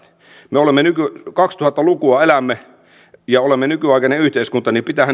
me elämme kaksituhatta lukua ja olemme nykyaikainen yhteiskunta niin pitäähän